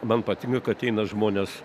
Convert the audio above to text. man patinka kad eina žmonės